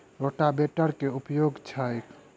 रोटावेटरक केँ उपयोग छैक?